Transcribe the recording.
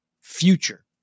future